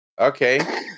Okay